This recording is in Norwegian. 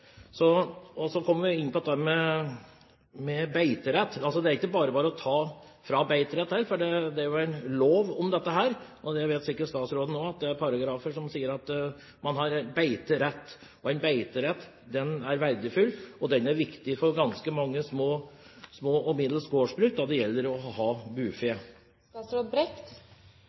er ikke bare bare å frata beiterett heller, for det er en lov om dette. Det vet sikkert statsråden også, at det er paragrafer som sier at man har beiterett. En beiterett er verdifull, og den er viktig for ganske mange små og middels store gårdsbruk når det gjelder å ha